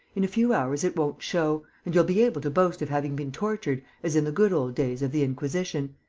in a few hours, it won't show and you'll be able to boast of having been tortured, as in the good old days of the inquisition.